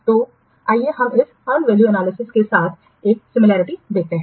तो आइए हम इस के साथ एक सादृश्य देखते हैं